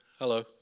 Hello